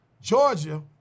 Georgia